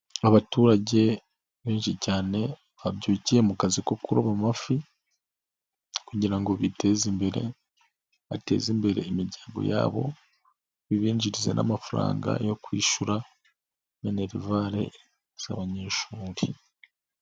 Abaturage benshi cyane babyukiye mu kazi ko kuroba mafi, kugira ngo biteze imbere bateze imbere imiryango yabo, bibinjize n'amafaranga yo kwishyura minerivale z'abanyeshuri.